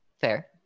Fair